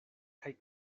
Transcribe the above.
kaj